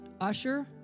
usher